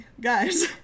Guys